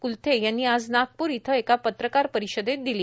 क्लथे यांनी आज नागपूर इथं एका पत्रकार परिषदेत दिली